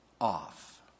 off